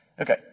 Okay